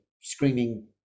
screaming